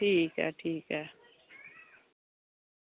ठीक ऐ ठीक ऐ